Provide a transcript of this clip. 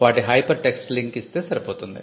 వాటి hypertext link ఇస్తే సరిపోతుంది